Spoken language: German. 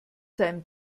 seinem